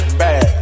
bad